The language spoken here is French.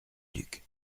duc